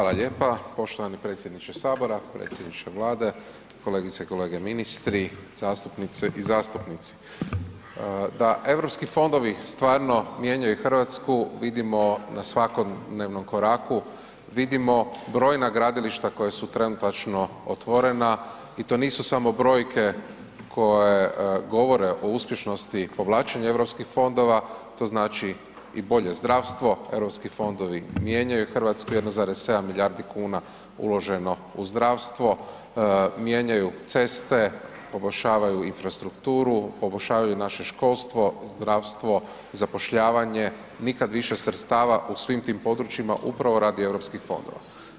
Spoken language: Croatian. Hvala lijepa poštovani predsjedniče HS, predsjedniče Vlade, kolegice i kolege ministri, zastupnice i zastupnici, da Europski fondovi stvarno mijenjaju RH vidimo na svakodnevnom koraku, vidimo brojna gradilišta koja su trenutačno otvorena i to nisu samo brojke koje govore o uspješnosti povlačenja Europskih fondova, to znači i bolje zdravstvo, Europski fondovi mijenjaju RH, 1,7 milijardi kuna uloženo u zdravstvo, mijenjaju ceste, poboljšavaju infrastrukturu, poboljšavaju naše školstvo, zdravstvo, zapošljavanje, nikad više sredstava u svim tim područjima upravo radi Europskih fondova.